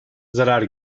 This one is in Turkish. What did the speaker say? zarar